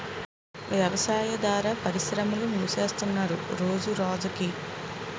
వ్యవసాయాదార పరిశ్రమలు మూసేస్తున్నరు రోజురోజకి